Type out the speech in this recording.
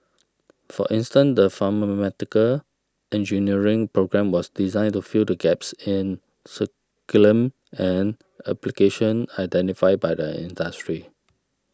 for instance the pharmaceutical engineering programme was designed to fill the gaps in and application identified by the industry